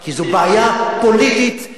כי זו בעיה פוליטית,